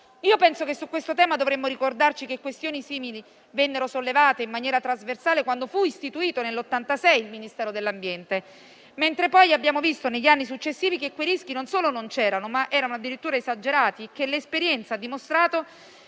Paese. Su questo tema dovremmo tutti ricordarci che questioni simili vennero sollevate in maniera trasversale quando fu istituito nel 1986 il Ministero dell'ambiente. E abbiamo visto negli anni successivi che quei rischi non solo non c'erano, ma erano addirittura esagerati, e l'esperienza ha dimostrato